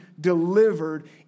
delivered